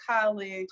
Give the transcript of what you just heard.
college